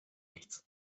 nichts